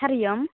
Hari Om